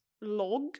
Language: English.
log